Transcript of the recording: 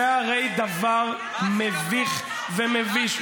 זה הרי דבר מביך ומביש.